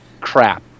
crap